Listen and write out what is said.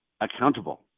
accountable